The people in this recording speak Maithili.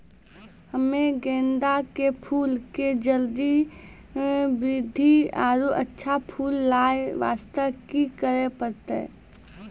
हम्मे गेंदा के फूल के जल्दी बृद्धि आरु अच्छा फूल लगय वास्ते की करे परतै?